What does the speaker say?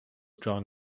drawn